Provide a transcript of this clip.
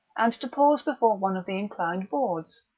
and to pause before one of the inclined boards.